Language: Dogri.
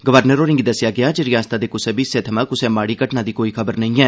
गवर्नर होरें'गी दस्सेआ गेआ जे रिआसत दे कुसा बी हिस्से थमां कुसा माड़ी घटना दी कोई खबर नेई ऐ